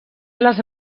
les